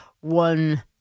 one